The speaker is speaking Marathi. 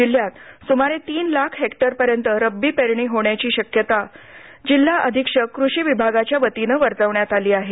जिल्हयात सुमारे तीन लाख हेक्टरपर्यंत रब्बी पेरणी होणार असल्याची शक्यता जिल्हा अधीक्षक कृषी विभागाच्या वतीने वर्तवण्यात आली आहे